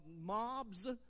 mobs